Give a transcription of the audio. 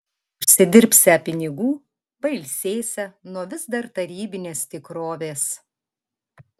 užsidirbsią pinigų pailsėsią nuo vis dar tarybinės tikrovės